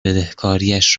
بدهکاریش